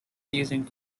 using